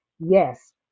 yes